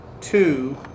two